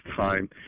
time